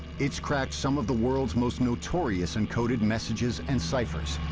it's cracked some of the world's most notorious encoded messages and ciphers.